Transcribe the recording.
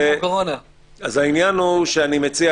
אני מציע,